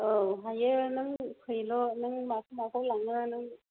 औ हायो नों फैल' नों माखौ माखौ लाङो नों